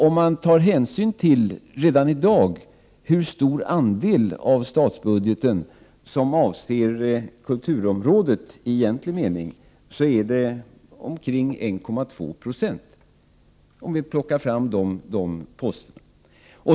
Den andel av statsbudgeten som avser kulturområdet i egentlig mening är redan i dag omkring 1,2 70.